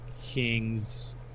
Kings